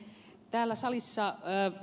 täällä salissa ed